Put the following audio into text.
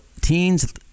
teens